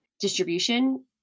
distribution